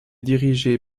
dirigé